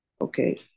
Okay